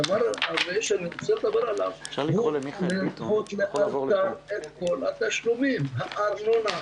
אני מבקש לדחות לאלתר את כל התשלומים, הארנונה.